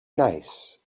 nice